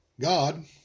God